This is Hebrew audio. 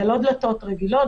אלו לא דלתות רגילות,